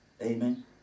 Amen